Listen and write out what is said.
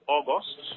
August